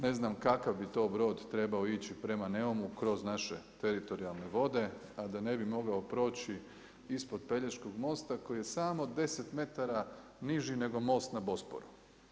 Ne znam kakav bi to brod trebao ići prema Neumu kroz naše teritorijalne vode a da ne bi mogao proći ispod Pelješkog mosta koji je samo 10 metara niži nego most na Bosporu.